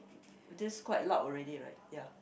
this quite loud already right ya